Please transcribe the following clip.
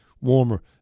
warmer